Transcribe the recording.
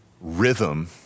rhythm